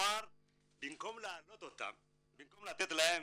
במקום להעלות אותם, במקום לתת להם